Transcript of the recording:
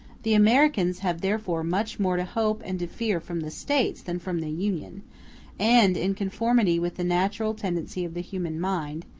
the americans have therefore much more to hope and to fear from the states than from the union and, in conformity with the natural tendency of the human mind,